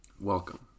welcome